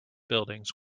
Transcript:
buildings